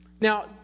Now